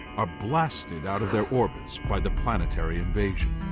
are blasted out of their orbits by the planetary invasion.